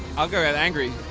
i'll go with angry.